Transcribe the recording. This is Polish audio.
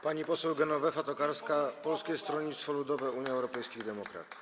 Pani poseł Genowefa Tokarska, Polskie Stronnictwo Ludowe - Unia Europejskich Demokratów.